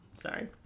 Sorry